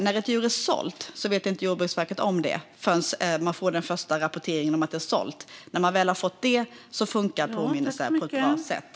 När ett djur är sålt vet inte Jordbruksverket om det förrän det har fått den första rapporteringen om att djuret är sålt. När väl verket har fått rapporten funkar påminnelser på ett bra sätt.